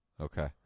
okay